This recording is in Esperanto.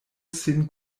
sin